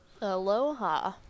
Aloha